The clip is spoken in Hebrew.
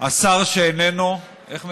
השר שאיננו, איך מקיימים?